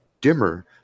dimmer